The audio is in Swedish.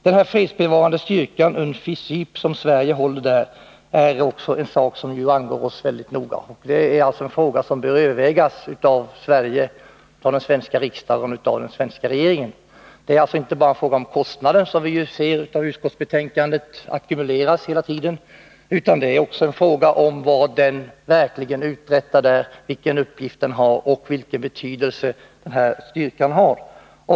Den fredsbevarande styrkan, UNFICYP, som bl.a. Sverige håller på Cypern, är också något som angår oss väldigt mycket. Det är en fråga som bör övervägas av svenska riksdagen och regeringen. Det gäller alltså inte bara kostnader, som vi ser av utskottsbetänkandet, som ackumuleras hela tiden. Det är också en fråga om vad styrkan verkligen uträttar, vilken uppgift och vilken betydelse den har.